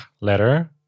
letter